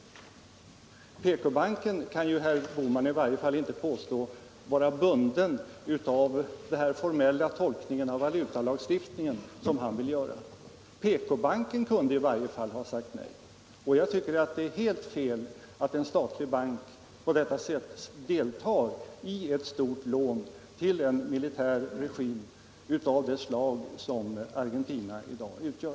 Herr Bohman kan i varje fall inte påstå att PK-banken var bunden av den formella tolkning av valutalagstiftningen som han vill göra. Åtminstone PK-banken kunde ha sagt nej. Jag tycker att det är helt fel att en statlig bank på detta sätt deltar i ett stort lån till en militär regim av det slag som regimen 1 Argentina i dag utgör.